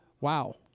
Wow